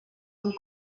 are